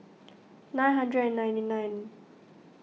nine hundred and ninety nine